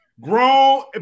Grown